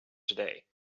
today